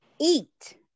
eat